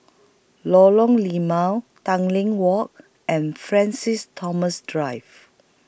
Lorong Limau Tanglin Walk and Francis Thomas Drive